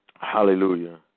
Hallelujah